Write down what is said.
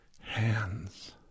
hands